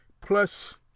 plus